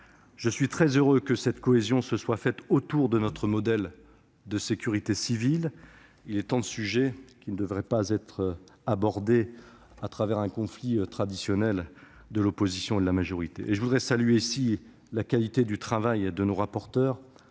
Je suis très heureux que nous soyons parvenus à cette cohésion autour de notre modèle de sécurité civile. Tant de sujets ne devraient pas être abordés à travers le conflit traditionnel entre l'opposition et la majorité ! Je voudrais saluer ici la qualité du travail de nos rapporteurs,